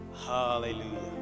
Hallelujah